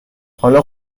حالا